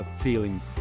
feeling